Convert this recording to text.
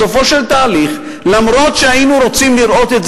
בסופו של תהליך, אף-על-פי שהיינו רוצים לראות את